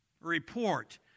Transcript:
report